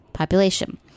population